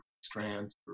strands